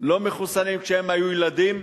לא כשהם היו ילדים,